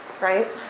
right